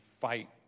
fight